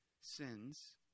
sins